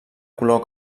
color